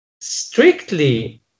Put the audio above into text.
strictly